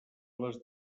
les